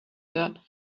her